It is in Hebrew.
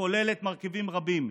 הכוללות מרכיבים רבים,